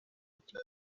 ico